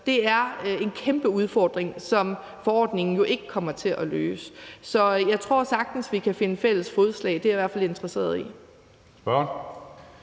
det er en kæmpe udfordring, som forordningen jo ikke kommer til at løse. Så jeg tror sagtens, vi kan finde fælles fodslag. Det er jeg i hvert fald interesseret i.